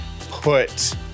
put